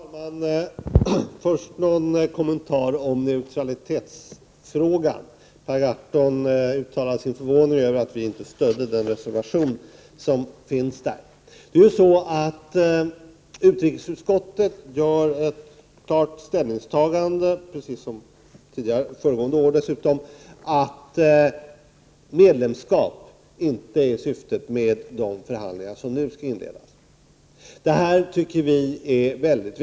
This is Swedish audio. Herr talman! Jag vill först göra en kommentar angående neutralitetsfrågan. Per Gahrton uttalade sin förvåning över att vi i centern inte stödde reservationen i den frågan. Utrikesutskottet gör, precis som föregående år, 37 Prot. 1988/89:129 ett klart ställningstagande om att medlemskap inte är syftet med de förhandlingar som nu skall inledas. Detta anser vi vara viktigt.